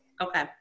okay